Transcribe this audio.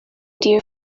dear